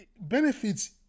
benefits